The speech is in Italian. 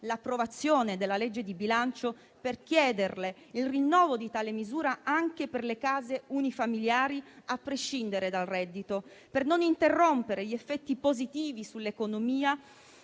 l'approvazione del disegno di legge di bilancio, per chiederle il rinnovo di tale misura anche per le case unifamiliari a prescindere dal reddito; per non interrompere gli effetti positivi sull'economia